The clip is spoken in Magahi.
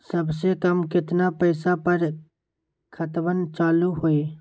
सबसे कम केतना पईसा पर खतवन चालु होई?